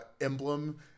emblem